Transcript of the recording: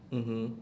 mmhmm